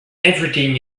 everything